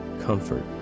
comfort